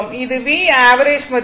இது V average மதிப்பு